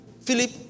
Philip